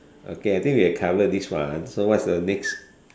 okay I think we have covered this one so what's the next